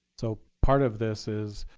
so part of this is